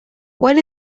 what